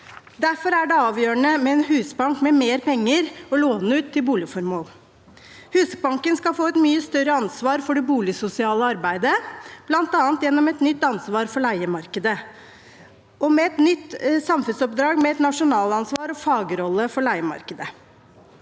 Derfor er det avgjørende at Husbanken har mer penger å låne ut til boligformål. Husbanken skal få et mye større ansvar for det boligsosiale arbeidet, bl.a. gjennom et nytt ansvar for leiemarkedet – med et nytt samfunnsoppdrag med et nasjonalansvar og fagrolle for leiemarkedet.